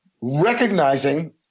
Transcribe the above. recognizing